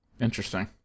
Interesting